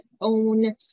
own